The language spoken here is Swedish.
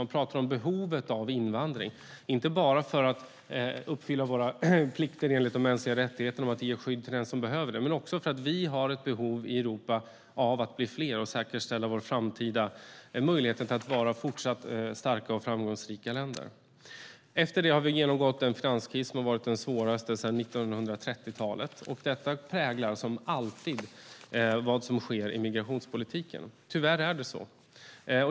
Man pratade om behovet av invandring, inte bara för att uppfylla våra plikter enligt de mänskliga rättigheterna, att ge skydd till den som behöver, utan också för att vi har ett behov i Europa av att bli fler och att säkerställa vår framtida möjlighet att vara fortsatt starka och framgångsrika länder. Efter det har vi genomgått en finanskris som har varit den svåraste sedan 1930-talet. Detta präglar som alltid vad som sker i migrationspolitiken. Tyvärr är det så.